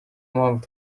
mpamvu